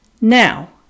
Now